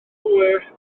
hwyr